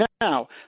now